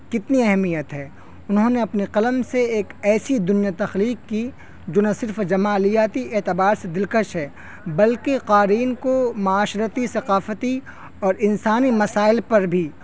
کتنی اہمیت ہے انہوں نے اپنے قلم سے ایک ایسی دنیا تخلیق کی جو نہ صرف جمالیاتی اعتبار سے دلکش ہے بلکہ قارئین کو معاشرتی ثقافتی اور انسانی مسائل پر بھی